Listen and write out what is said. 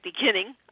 beginning